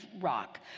rock